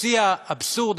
בשיא האבסורד,